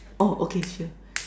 orh okay sure